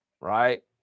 Right